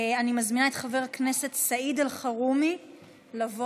אני מזמינה את חבר הכנסת סעיד אלחרומי לבוא.